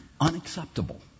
Unacceptable